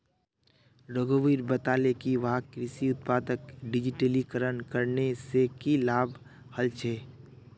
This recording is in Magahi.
रघुवीर बताले कि वहाक कृषि उत्पादक डिजिटलीकरण करने से की लाभ ह छे